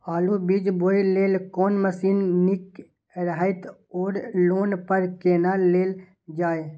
आलु बीज बोय लेल कोन मशीन निक रहैत ओर लोन पर केना लेल जाय?